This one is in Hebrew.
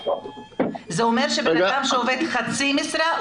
זה אומר שבן אדם שעובד חצי משרה,